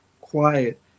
quiet